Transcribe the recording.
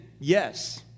Yes